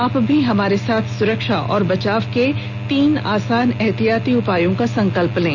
आप भी हमारे साथ सुरक्षा और बचाव के तीन आसान एहतियाती उपायों का संकल्प लें